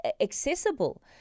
accessible